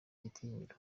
igitinyiro